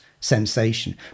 sensation